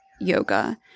yoga